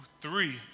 three